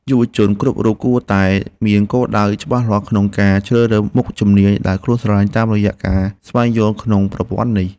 យុវជនគ្រប់រូបគួរតែមានគោលដៅច្បាស់លាស់ក្នុងការជ្រើសរើសមុខជំនាញដែលខ្លួនស្រឡាញ់តាមរយៈការស្វែងយល់ក្នុងប្រព័ន្ធនេះ។